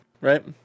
right